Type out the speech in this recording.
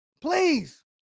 Please